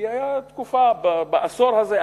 כי היתה תקופה בעשור הזה,